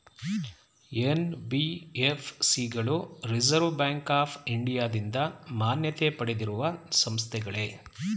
NBFC ಗಳು reserve bank of ಇಂಡಿಯಾದಿಂದ ಮಾನ್ಯತೆ ಪಡೆದಿರುವ ಸಂಸ್ಥೆಗಳೇ?